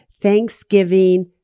Thanksgiving